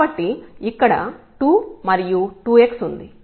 కాబట్టి ఇక్కడ 2 మరియు 2 x ఉంది